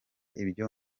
ibyo